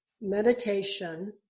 meditation